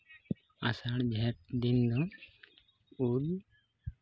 ᱟᱥᱟᱲ ᱡᱷᱮᱸᱴ ᱫᱤᱱ ᱫᱚ ᱩᱞ